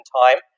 time